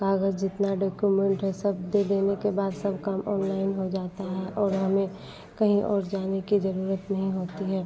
कागज़ जितना डेकोमेन्ट है सब दे देने के बाद सब काम ऑनलाइन हो जाता है और हमें कहीं और जाने की ज़रूरत नहीं होती है